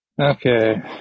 Okay